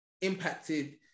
impacted